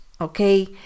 Okay